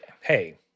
Hey